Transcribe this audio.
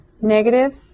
negative